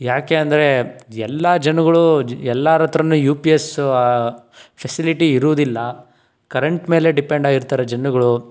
ಯಾಕೆ ಅಂದರೆ ಎಲ್ಲ ಜನಗಳು ಎಲ್ಲರ ಹತ್ರನೂ ಯು ಪಿ ಎಸ್ಸು ಫೆಸಿಲಿಟಿ ಇರೋದಿಲ್ಲ ಕರೆಂಟ್ ಮೇಲೆ ಡಿಪೆಂಡ್ ಆಗಿರ್ತಾರೆ ಜನಗಳು